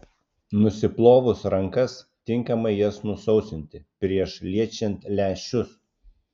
nusiplovus rankas tinkamai jas nusausinti prieš liečiant lęšius